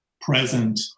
present